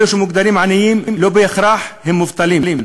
אלו שמוגדרים עניים הם לא בהכרח מובטלים.